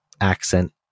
accent